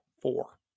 four